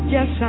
Yes